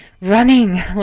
running